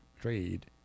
trade